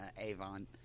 avon